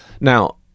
Now